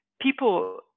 people